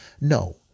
No